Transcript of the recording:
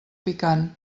picant